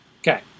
Okay